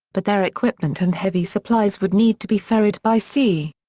but their equipment and heavy supplies would need to be ferried by sea.